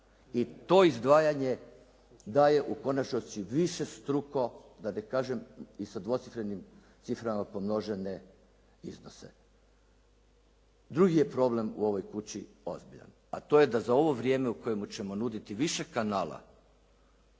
i to izdvajanje daje u konačnosti višestruko da ne kažem i sa dvocifrenim ciframa pomnožene iznose, drugi je problem u ovoj kući ozbiljan, a to je da za ovo vrijeme u kojemu ćemo nuditi više kanala